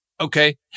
Okay